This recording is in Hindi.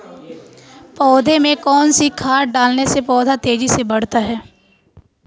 पौधे में कौन सी खाद डालने से पौधा तेजी से बढ़ता है?